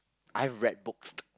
I read books